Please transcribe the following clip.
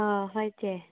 ꯑꯥ ꯍꯣꯏ ꯆꯦ